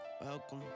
Welcome